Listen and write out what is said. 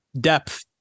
depth